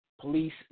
Police